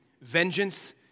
vengeance